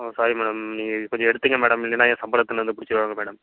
ஓ sorry madam நீங்கள் கொஞ்சம் எடுத்துங்க மேடம் இல்லைனா ஏ சம்பளத்துல இருந்து புடிச்சிருவாங்க மேடம்